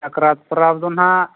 ᱥᱟᱠᱨᱟᱛ ᱯᱚᱨᱚᱵᱽ ᱫᱚ ᱦᱟᱸᱜ